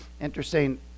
Interesting